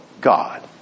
God